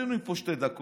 תמתינו לי פה שתי דקות,